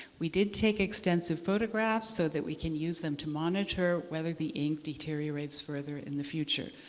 we did take extensive photographs so that we can use them to monitor whether the ink deteriorates further in the future.